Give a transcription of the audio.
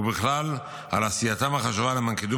ובכלל על עשייתם החשובה למען קידום